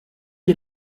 est